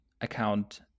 account